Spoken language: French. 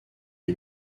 est